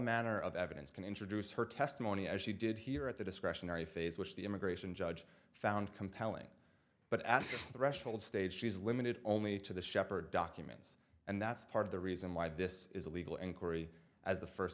manner of evidence can introduce her testimony as she did here at the discretionary phase which the immigration judge found compelling but at the threshold stage she is limited only to the shepherd documents and that's part of the reason why this is a legal inquiry as the first